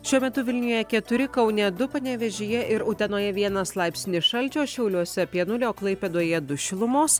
šiuo metu vilniuje keturi kaune du panevėžyje ir utenoje vienas laipsnis šalčio šiauliuose apie nulį o klaipėdoje du šilumos